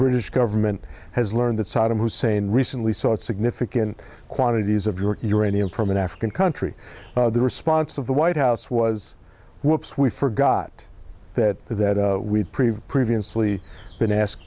british government has learned that saddam hussein recently sought significant quantities of your uranium from an african country the response of the white house was whoops we forgot that that we previously been ask